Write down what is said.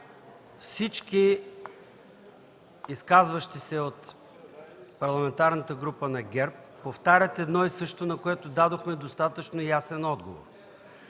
Всички изказващи се от Парламентарната група на ГЕРБ повтарят едно и също, на което дадохме достатъчно ясен отговор.